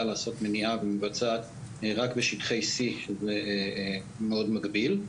לעשות מניעה ומבצעת רק בשטחי C זה מאוד מגביל.